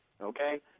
Okay